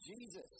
Jesus